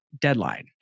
deadline